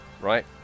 right